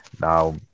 Now